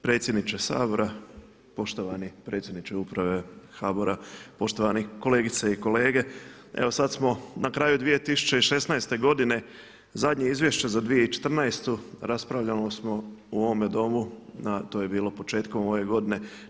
Predsjedniče Sabora, poštovani predsjedniče uprave HBOR-a, poštovani kolegice i kolege evo sad smo na kraju 2016. godine, zadnje izvješće za 2014. raspravljali smo u ovome domu to je bilo početkom ove godine.